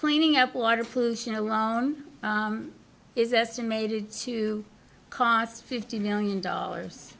cleaning up water pollution alone is estimated to cost fifty million dollars